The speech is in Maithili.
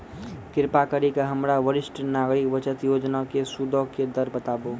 कृपा करि के हमरा वरिष्ठ नागरिक बचत योजना के सूदो के दर बताबो